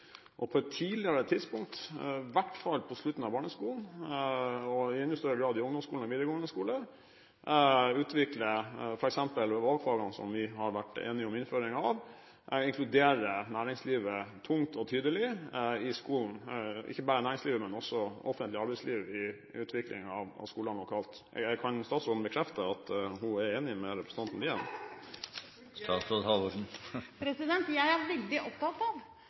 skoleverket. På et tidligere tidspunkt, i hvert fall på slutten av barneskolen, og i enda større grad i ungdomsskolen og i den videregående skole, må vi utvikle f.eks. de valgfagene som vi er blitt enige om innføringen av. Vi må inkludere næringslivet tungt og tydelig i skolen – ikke bare næringslivet, men også offentlig arbeidsliv må inkluderes i utviklingen av skolene lokalt. Kan statsråden bekrefte at hun er enig med representanten Lien? Jeg er veldig opptatt av